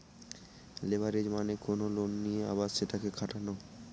leverage মানে কোনো loan নিয়ে আবার সেটাকে খাটানো